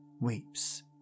weeps